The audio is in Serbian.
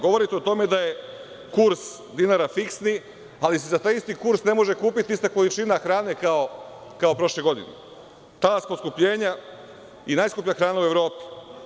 Govorite o tome da je kurs dinara fiksni, ali se za taj isti kurs ne može kupiti ista količina hrane kao prošle godine, talas poskupljenja i najskuplja hrana u Evropi.